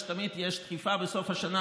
תמיד יש דחיפה בסוף השנה,